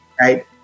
right